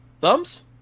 thumbs